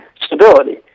stability